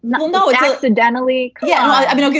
no no incidentally, yeah i mean,